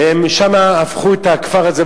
שם הם הפכו את הכפר הזה,